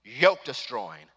yoke-destroying